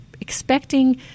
expecting